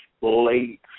late